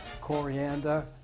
coriander